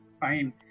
Fine